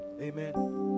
amen